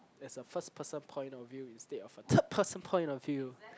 as a first person point of view instead of a third person point of view